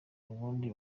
ubundi